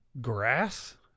Grass